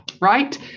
Right